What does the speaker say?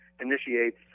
initiates